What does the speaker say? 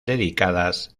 dedicadas